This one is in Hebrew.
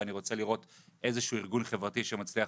ואני רוצה לראות איזשהו ארגון חברתי שמצליח